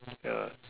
ya